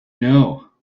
know